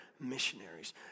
missionaries